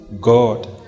God